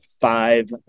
five